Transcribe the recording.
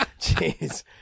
Jeez